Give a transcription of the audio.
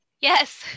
Yes